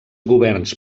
governs